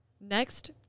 Next